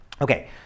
okay